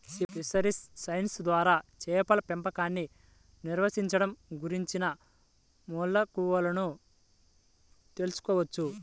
fisheries science ద్వారా చేపల పెంపకాన్ని నిర్వహించడం గురించిన మెళుకువలను తెల్సుకోవచ్చు